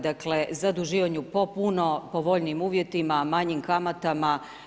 Dakle, zaduživanju po puno povoljnijim uvjetima, manjim kamatama.